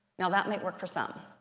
now, that might work for some.